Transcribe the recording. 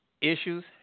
issues